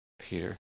Peter